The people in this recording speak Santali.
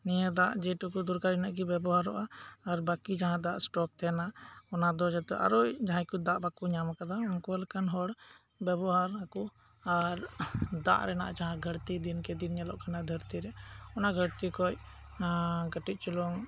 ᱱᱤᱭᱟᱹ ᱫᱟᱜ ᱡᱮᱴᱩᱠᱩ ᱫᱚᱨᱠᱟᱨᱚᱜᱼᱟ ᱤᱱᱟᱹᱜ ᱜᱮ ᱵᱮᱵᱚᱦᱟᱨᱚᱜᱼᱟ ᱟᱨ ᱵᱟᱠᱤ ᱡᱟᱦᱟᱸ ᱫᱟᱜ ᱥᱴᱚᱠ ᱛᱟᱦᱮᱱᱟ ᱚᱱᱟ ᱫᱚ ᱡᱟᱛᱮ ᱟᱨ ᱦᱚᱸ ᱡᱟᱦᱟᱭ ᱠᱚ ᱫᱟᱜ ᱵᱟᱠᱚ ᱧᱟᱢ ᱟᱠᱟᱫᱟ ᱚᱱᱠᱟ ᱞᱮᱠᱟᱱ ᱦᱚᱲ ᱠᱚ ᱵᱮᱵᱚᱦᱟᱨᱟᱠᱚ ᱟᱨ ᱫᱟᱜ ᱨᱮᱭᱟᱜ ᱜᱷᱟᱨᱛᱤ ᱡᱟᱦᱟᱸ ᱫᱤᱱ ᱠᱮ ᱫᱤᱱ ᱧᱮᱞᱚᱜ ᱠᱟᱱᱟ ᱱᱚᱶᱟ ᱫᱷᱟᱹᱨᱛᱤᱨᱮ ᱚᱱᱟ ᱜᱷᱟᱨᱛᱤ ᱠᱷᱚᱱ ᱠᱟᱹᱴᱤᱡ ᱪᱩᱞᱩᱝ